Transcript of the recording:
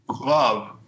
love